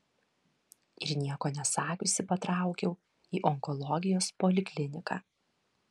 ir nieko nesakiusi patraukiau į onkologijos polikliniką